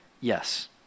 Yes